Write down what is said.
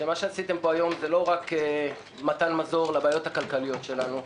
שמה שעשיתם פה היום זה לא רק מתן מזור לבעיות הכלכליות שלנו,